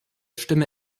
stimme